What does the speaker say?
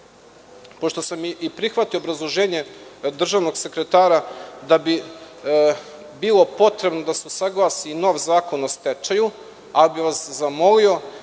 pošto sam prihvatio obrazloženje državnog sekretara, da bi bilo potrebno da se usaglasi nov zakon o stečaju, ali bih vas zamolio